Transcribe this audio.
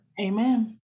Amen